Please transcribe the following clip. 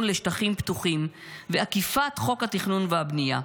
לשטחים פתוחים ועקיפת חוק התכנון והבניה.